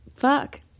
Fuck